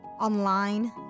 online